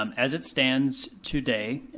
um as it stands today,